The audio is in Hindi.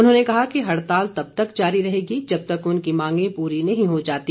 उन्होंने कहा कि हड़ताल तब तक जारी रहेगी जब तक उनकी मांगे पूरी नहीं हो जाती